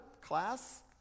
Class